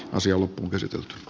asia loppuun käsityöt